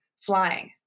flying